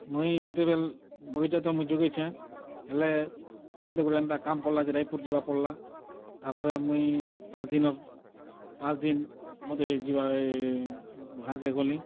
ମୁଇଁ ଯେତେବେଲ୍ ବଗିଚା ତ ମୁଇଁ ଜଗେଇଛେଁ ହେଲେ ମତେ ଗୁଟେ ଏନ୍ତା କାମ୍ ପଡ଼୍ଲା ଯେ ରାୟପୁର୍ ଯିବାର୍'କେ ପଡ଼୍ଲା ତା'ର୍ପରେ ମୁଇଁ ପାଞ୍ଚ୍ ଦିନ୍ର ପାଞ୍ଚ୍ ଦିନ୍ ମତେ ବାହାର୍କେ ଗଲି